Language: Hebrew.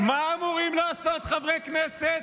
מה אמורים לעשות חברי כנסת,